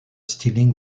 stealing